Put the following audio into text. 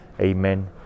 Amen